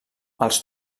els